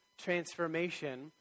transformation